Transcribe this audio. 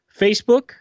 facebook